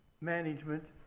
management